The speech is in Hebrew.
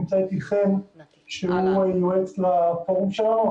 נמצא אתי חן שהוא היועץ לפורום שלנו.